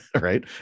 right